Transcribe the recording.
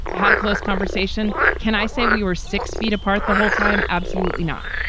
had a close conversation. can i say we were six feet apart the whole time? absolutely not.